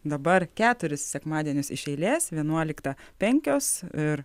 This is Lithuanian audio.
dabar keturis sekmadienius iš eilės vienuoliktą penkios ir